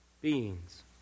beings